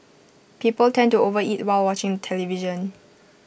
people tend to overeat while watching television